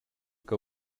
que